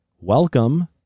Welcome